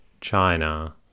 china